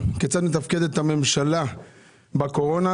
כיצד מתפקדת הממשלה בקורונה.